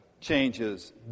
changes